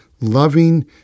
loving